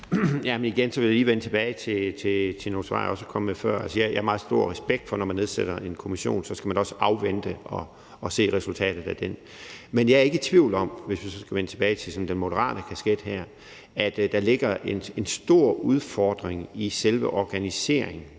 (M): Igen vil jeg lige vende tilbage til nogle svar, som jeg er kommet med før. Jeg har meget stor respekt for, at når man nedsætter en kommission, så skal man også afvente resultatet af dens arbejde. Men jeg er ikke i tvivl om – hvis vi så skal vende tilbage til den moderate kasket her – at der ligger en stor udfordring i selve organiseringen